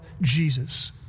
Jesus